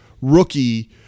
rookie